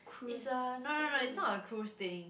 is a no no no is not a cruise thing